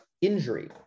injury